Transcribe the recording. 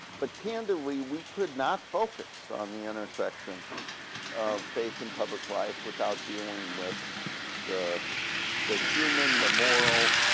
but candidly, we could not focus on the intersection of faith in public life without dealing with the the human, the moral,